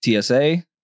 TSA